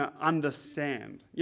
understand